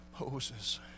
Moses